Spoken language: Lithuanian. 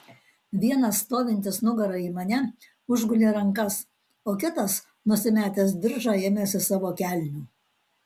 vienas stovintis nugara į mane užgulė rankas o kitas nusimetęs diržą ėmėsi savo kelnių